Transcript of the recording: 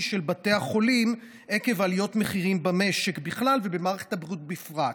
של בתי החולים עקב עליות מחירים במשק בכלל ובמערכת הבריאות בפרט.